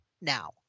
now